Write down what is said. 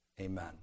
Amen